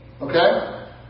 Okay